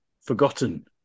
forgotten